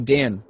Dan